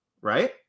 right